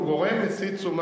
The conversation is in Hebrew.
הישראלי,